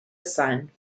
son